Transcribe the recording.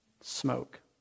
Smoke